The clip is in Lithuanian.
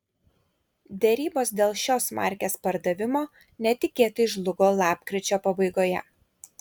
derybos dėl šios markės pardavimo netikėtai žlugo lapkričio pabaigoje